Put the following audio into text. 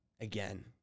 again